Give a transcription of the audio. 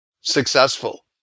successful